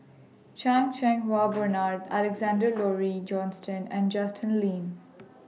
Chan Cheng Wah Bernard Alexander Laurie Johnston and Justin Lean